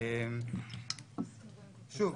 שוב,